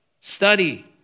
Study